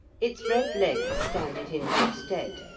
its red legs stand it in good stead,